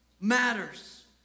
matters